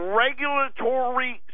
regulatory